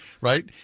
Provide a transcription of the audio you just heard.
Right